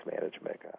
management